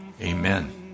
Amen